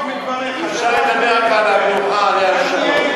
אפשר לדבר רק על המנוחה, עליה השלום.